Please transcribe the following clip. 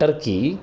Turkey